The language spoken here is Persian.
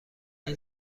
این